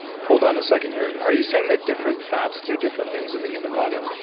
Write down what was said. hold on a second here. are you saying that different fats do different things in the human body?